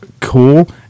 cool